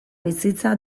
bizitza